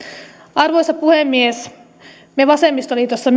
arvoisa puhemies myös me vasemmistoliitossa